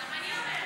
גם אני אומרת.